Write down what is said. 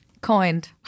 Coined